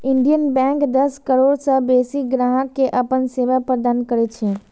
Indian Bank दस करोड़ सं बेसी ग्राहक कें अपन सेवा प्रदान करै छै